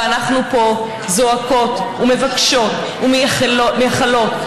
ואנחנו פה זועקות ומבקשות ומייחלות,